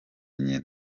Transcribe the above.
nyina